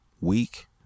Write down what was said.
week